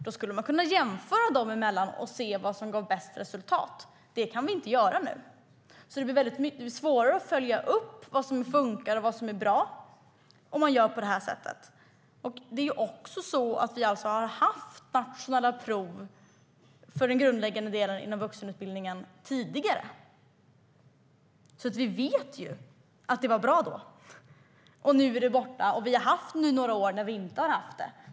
Då skulle man kunna jämföra och se vad som gav bäst resultat. Det kan vi inte göra nu. Det blir svårare att följa upp vad som fungerar och vad som är bra, om man gör på det här sättet. Vi har haft nationella prov för den grundläggande delen inom vuxenutbildningen tidigare. Vi vet alltså att det var bra då. Nu är det borta, och vi har haft några år då vi inte har haft det.